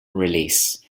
release